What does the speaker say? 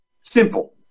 simple